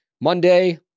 Monday